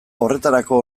horretarako